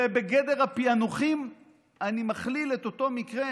ובגדר הפיענוחים אני מכליל את אותו מקרה,